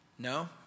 No